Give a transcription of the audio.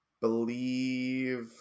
Believe